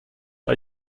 are